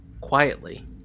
quietly